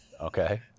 Okay